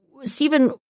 Stephen